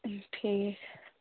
ٹھیٖک